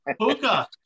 Puka